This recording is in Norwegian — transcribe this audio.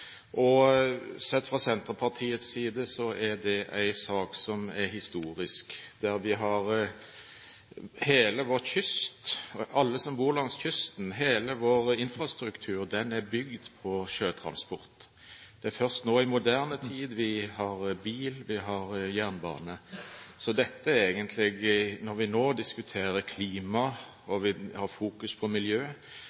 Sett fra Senterpartiets side er det en sak som er historisk. Hele vår kyst – det gjelder alle som bor langs kysten – har en infrastruktur som er bygd på sjøtransport. Det er først nå i moderne tid vi har bil, og vi har jernbane. Så når vi nå diskuterer klima, og